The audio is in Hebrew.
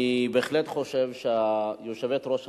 כמו שאמרת.